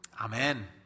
Amen